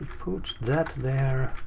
that there,